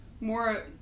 more